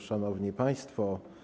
Szanowni Państwo!